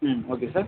ம் okay sir